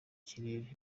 kirere